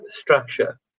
structure